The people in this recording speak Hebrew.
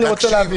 אני רוצה להבין.